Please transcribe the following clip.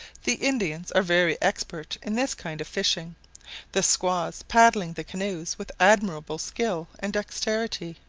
the indians are very expert in this kind of fishing the squaws paddling the canoes with admirable skill and dexterity.